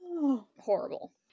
horrible